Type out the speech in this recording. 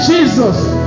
Jesus